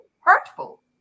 hurtful